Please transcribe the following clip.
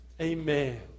Amen